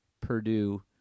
Purdue